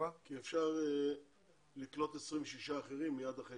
כי אפשר לקלוט 26 אחרים מיד אחרי